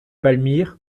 palmyre